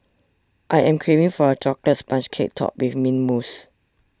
I am craving for a Chocolate Sponge Cake Topped with Mint Mousse